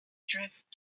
drift